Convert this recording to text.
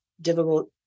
difficult